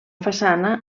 façana